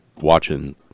watching